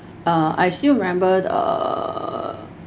uh I still remember err